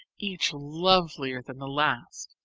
each lovelier than the last,